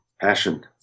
passion